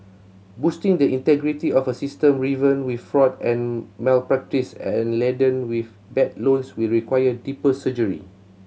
boosting the integrity of a system riven with fraud and malpractice and laden with bad loans will require deeper surgery